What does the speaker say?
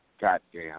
Goddamn